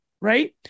right